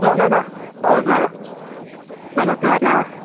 ल मामा हवस् मामा नमस्ते मामा